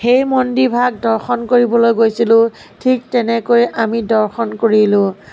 সেই মন্দিৰভাগ দৰ্শন কৰিবলৈ গৈছিলোঁ ঠিক তেনেকৈ আমি দৰ্শন কৰিলোঁ